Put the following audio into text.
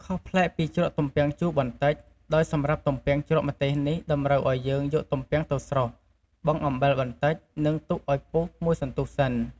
ខុសប្លែកពីជ្រក់ទំពាំងជូរបន្តិច ដោយសម្រាប់ទំពាំងជ្រក់ម្ទេសនេះតម្រូវឱ្យយើងយកទំពាំងទៅស្រុះ បង់អំបិលបន្តិច និងទុកឱ្យពុះមួយសន្ទុះសិន។